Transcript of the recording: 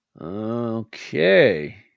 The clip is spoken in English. Okay